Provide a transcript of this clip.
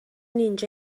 اینجا